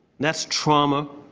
that's trauma,